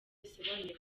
bisobanuye